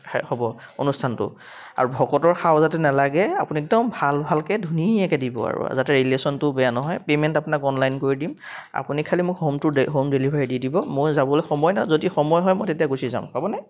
হ'ব অনুষ্ঠানটো আৰু ভকতৰ শাও যাতে নালাগে আপুনি একদম ভাল ভালকৈ ধুনীয়াকৈ দিব আৰু যাতে ৰিলেশ্যনটো বেয়া নহয় পে'মেণ্ট আপোনাক অনলাইন কৰি দিম আপুনি খালি মোক হোমটোৰ হোম ডেলিভাৰী দি দিব মই যাবলৈ সময় নাই যদি সময় হয় মই তেতিয়া গুচি যাম হ'বনে